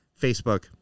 Facebook